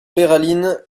peyralines